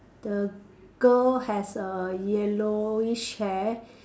the girl has a yellowish hair